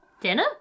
dinner